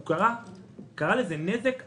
הוא קרא לזה: "נזק אחר".